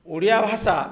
ଓଡ଼ିଆ ଭାଷା